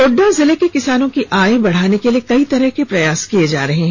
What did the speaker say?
गोड्डा जिले के किसानों की आय बढ़ाने के लिए कई तरह के प्रयास किये जा रहे हैं